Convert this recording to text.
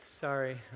Sorry